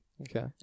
Okay